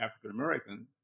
African-American